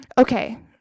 Okay